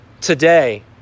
today